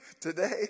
today